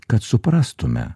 kad suprastume